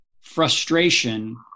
frustration